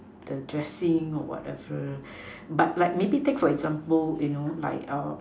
the dressing or whatever but like maybe take for example like